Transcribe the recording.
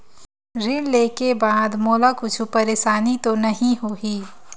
ऋण लेके बाद मोला कुछु परेशानी तो नहीं होही?